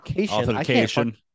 Authentication